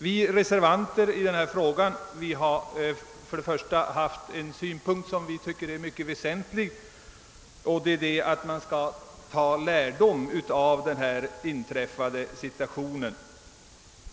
Vi reservanter har för det första framhållit en synpunkt som vi tycker är mycket betydelsefull, nämligen att man skall ta lärdom av den inträffade situationen.